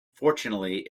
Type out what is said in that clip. fortunately